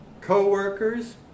co-workers